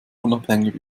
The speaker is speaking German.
unabhängig